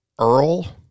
Earl